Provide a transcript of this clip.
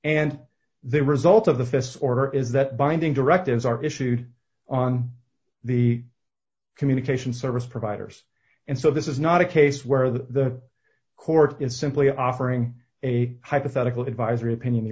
and the result of the fis order is that binding directives are issued on the communications service providers and so this is not a case where the court is simply offering a hypothetical advisory opinion